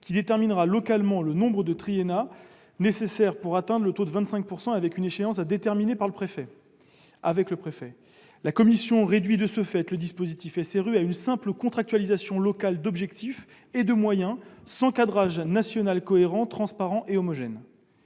qui déterminerait le nombre de triennats nécessaires pour atteindre le taux de 25 % de logements sociaux, à une échéance à définir avec le préfet. La commission réduit de ce fait le dispositif de la loi SRU à une simple contractualisation locale d'objectifs et de moyens, sans cadrage national cohérent, transparent et homogène.